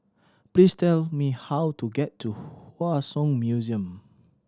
please tell me how to get to Hua Song Museum